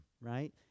right